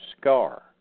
scar